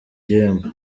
gihembo